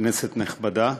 כנסת נכבדה,